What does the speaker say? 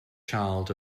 child